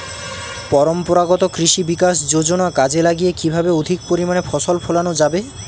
পরম্পরাগত কৃষি বিকাশ যোজনা কাজে লাগিয়ে কিভাবে অধিক পরিমাণে ফসল ফলানো যাবে?